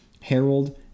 Harold